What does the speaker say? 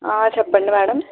చెప్పండి మ్యాడమ్